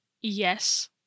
yes